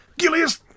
Gilius